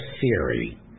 theory